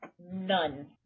None